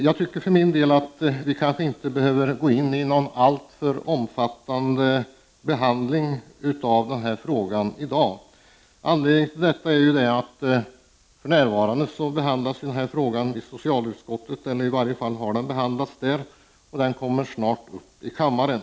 Jag tycker för min del kanske att vi inte behöver gå in i någon alltför omfattande be handling av denna fråga i dag. Anledningen är att denna fråga för närvarande behandlas i socialutskottet — i varje fall har den behandlats där — och den kommer snart upp i kammaren.